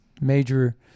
major